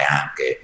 anche